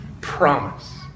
promise